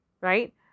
Right